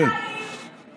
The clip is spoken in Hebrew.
אולי תפסיק להעיר?